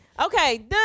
okay